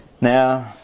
Now